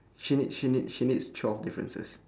she needs she needs she needs twelve differences